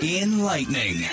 Enlightening